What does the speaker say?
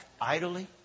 idly